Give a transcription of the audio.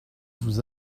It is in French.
vous